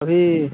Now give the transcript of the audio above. अभी